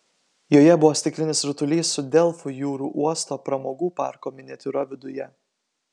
joje buvo stiklinis rutulys su delfų jūrų uosto pramogų parko miniatiūra viduje